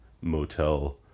motel